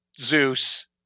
Zeus